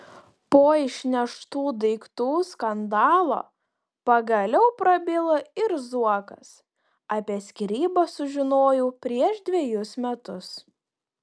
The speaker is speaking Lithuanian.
po išneštų daiktų skandalo pagaliau prabilo ir zuokas apie skyrybas sužinojau prieš dvejus metus